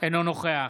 אינו נוכח